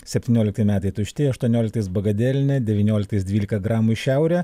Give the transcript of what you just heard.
septyniolikti metai tušti aštuonioliktais bagadelinė devynioliktais dvylika gramų į šiaurę